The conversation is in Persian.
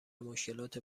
مشکلات